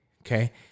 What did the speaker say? Okay